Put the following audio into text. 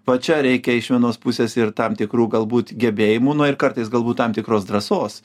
va čia reikia iš vienos pusės ir tam tikrų galbūt gebėjimų ir kartais galbūt tam tikros drąsos